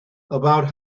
about